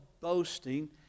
boasting